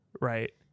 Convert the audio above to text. right